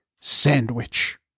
sandwich